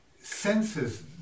senses